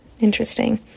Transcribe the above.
Interesting